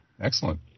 Excellent